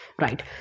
right